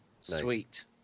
sweet